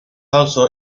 also